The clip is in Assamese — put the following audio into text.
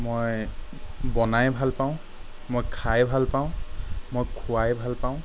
মই বনাই ভাল পাওঁ মই খাই ভাল পাওঁ মই খোৱাই ভাল পাওঁ